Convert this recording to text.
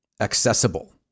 accessible